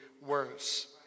worse